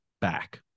back